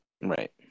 Right